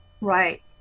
Right